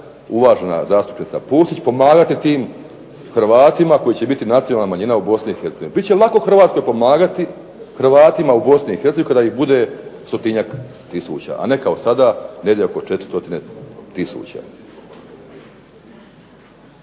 uvažena zastupnica Pusić pomagati tim Hrvatima koji će biti nacionalna manjina u Bosni i Hercegovini. Bit će lako Hrvatskoj pomagati, Hrvatima u Bosni i Hercegovini kada ih bude stotinjak tisuća a ne kao sada negdje oko 4 stotine tisuća.